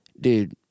dude